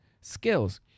skills